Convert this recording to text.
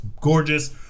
gorgeous